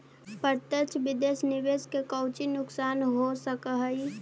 प्रत्यक्ष विदेश निवेश के कउची नुकसान हो सकऽ हई